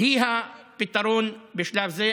הן הפתרון בשלב זה.